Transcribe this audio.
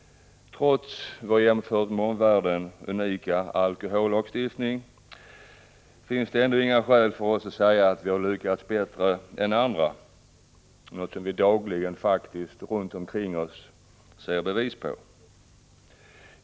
Trots vår jämfört med omvärlden unika alkohollagstiftning finns det inga skäl för oss att säga att vi har lyckats bättre än andra, något som vi dagligen får bevis på.